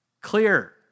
Clear